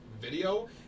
video